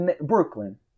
Brooklyn